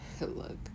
look